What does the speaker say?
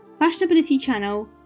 fashionabilitychannel